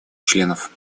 членов